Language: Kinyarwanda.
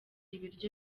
ibiryo